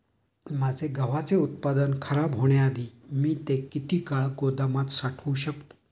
माझे गव्हाचे उत्पादन खराब होण्याआधी मी ते किती काळ गोदामात साठवू शकतो?